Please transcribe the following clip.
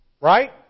Right